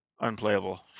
unplayable